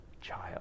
child